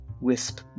Wisp